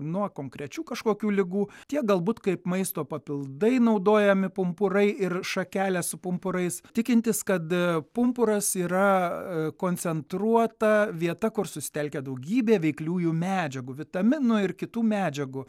nuo konkrečių kažkokių ligų tiek galbūt kaip maisto papildai naudojami pumpurai ir šakelės su pumpurais tikintis kada pumpuras yra koncentruota vieta kur susitelkę daugybė veikliųjų medžiagų vitaminų ir kitų medžiagų